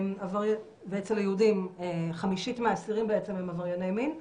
ואצל היהודים חמישית מהאסירים הם עברייני מין,